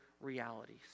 realities